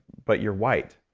but you're white.